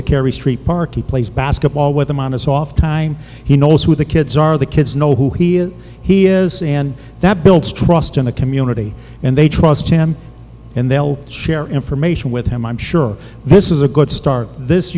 the kerry street party plays basketball with him on his off time he knows who the kids are the kids know who he is he is and that builds trust in the community and they trust him and they'll share information with him i'm sure this is a good start this